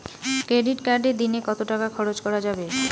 Credit কার্ডে দিনে কত টাকা খরচ করা যাবে?